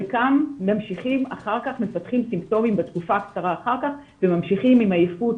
חלקם מפתחים סימפטומים בתקופה קצרה אחר כך וממשיכים עם עייפות,